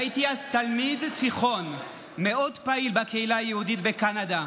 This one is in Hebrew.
הייתי אז תלמיד תיכון מאוד פעיל בקהילה היהודית בקנדה,